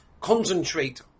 concentrate